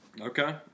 Okay